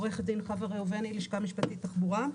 עורכת דין חוה ראובני, לשכה משפטית, תחבורה.